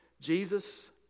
Jesus